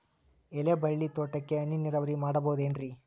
ಎಲೆಬಳ್ಳಿ ತೋಟಕ್ಕೆ ಹನಿ ನೇರಾವರಿ ಮಾಡಬಹುದೇನ್ ರಿ?